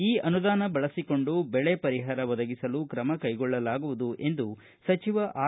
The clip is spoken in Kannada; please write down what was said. ಈ ಅನುದಾನ ಬಳಸಿಕೊಂಡು ಬೆಳೆ ಪರಿಹಾರ ಒದಗಿಸಲು ಕ್ರಮ ಕೈಗೊಳ್ಳಲಾಗುವುದು ಎಂದು ಸಚಿವ ಆರ್